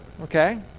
okay